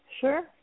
Sure